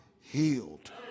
healed